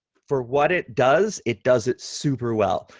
for what it does, it does it super well,